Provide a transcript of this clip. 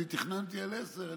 אני תכננתי על עשר.